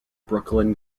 brooklyn